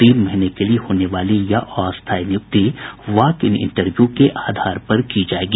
तीन महीने के लिए होने वाली यह अस्थायी नियुक्ति वॉक इन इंटरव्यू के आधार पर की जायेगी